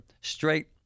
straight